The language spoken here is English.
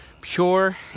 pure